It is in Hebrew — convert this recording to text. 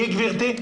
מי גברתי?